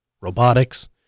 robotics